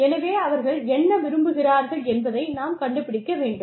எனவே அவர்கள் என்ன விரும்புகிறார்கள் என்பதை நாம் கண்டுபிடிக்க வேண்டும்